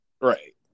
Right